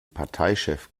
parteichef